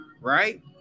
right